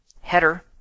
header